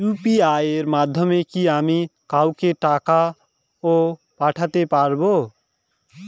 UPI এর মাধ্যমে কি আমি কাউকে টাকা ও পাঠাতে পারবো?